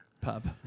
Pub